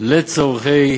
על צורכי